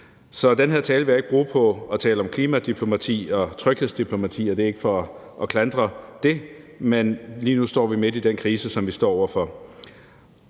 Så den her tale vil jeg ikke bruge på at tale om klimadiplomati og tryghedsdiplomati, og det er ikke for at klandre det, men lige nu står vi midt i en krise. Jeg lægger netop